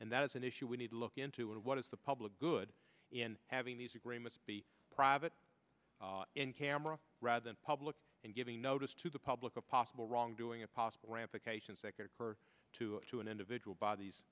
and that is an issue we need to look into and what is the public good in having these agreements be private in camera rather than public and giving notice to the public of possible wrongdoing and possible ramifications that could occur to to an individual by these